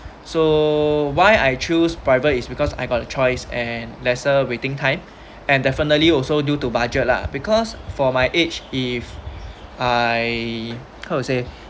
so why I choose private is because I got a choice and lesser waiting time and definitely also due to budget lah because for my age if uh I how to say